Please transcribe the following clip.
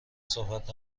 صحبت